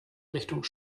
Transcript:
richtung